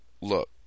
look